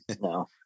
No